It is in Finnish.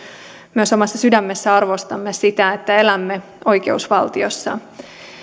myös omassa sydämessä arvostaa sitä että elämme oikeusvaltiossa